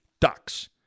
Ducks